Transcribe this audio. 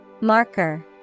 Marker